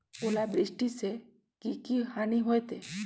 ओलावृष्टि से की की हानि होतै?